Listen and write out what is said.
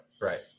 right